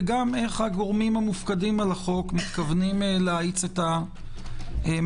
וגם איך הגורמים המופקדים על החוק מתכוונים להאיץ את המהלכים.